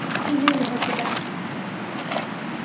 ᱤᱧᱦᱚᱸᱧ ᱫᱚᱦᱚ ᱠᱮᱫᱟ